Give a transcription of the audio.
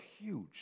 huge